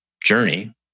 journey